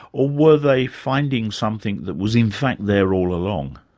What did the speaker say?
or were they finding something that was in fact there all along?